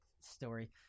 story